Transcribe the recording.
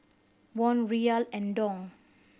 Won Riyal and Dong